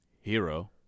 hero